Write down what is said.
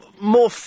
more